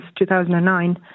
2009